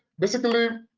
basically,